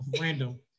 random